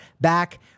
back